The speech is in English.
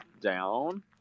down